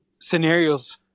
scenarios